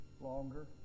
longer